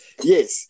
yes